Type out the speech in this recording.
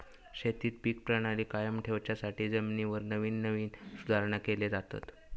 शेतीत पीक प्रणाली कायम ठेवच्यासाठी जमिनीवर नवीन नवीन सुधारणा केले जातत